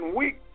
weak